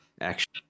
Action